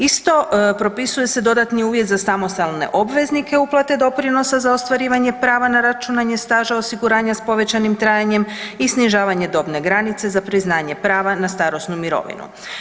Isto, propisuju se dodatni uvjeti za samostalne obveznike uplate doprinosa za ostvarivanje prava na računanje staža osiguranja s povećanim trajanjem i snižavanje dobne granice za priznanje prava na starosnu mirovinu.